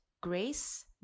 Grace